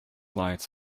lights